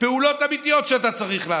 פעולות אמיתיות שאתה צריך לעשות?